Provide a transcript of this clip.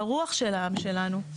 לרוח של העם שלנו,